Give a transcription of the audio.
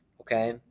okay